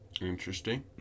Interesting